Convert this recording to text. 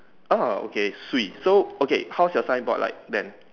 orh okay swee so okay how's your signboard like then